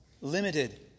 limited